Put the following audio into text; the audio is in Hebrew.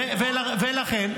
ולכן,